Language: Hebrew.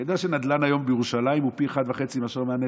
אתה יודע שהיום הנדל"ן בירושלים הוא פי אחת וחצי מאשר מנהטן.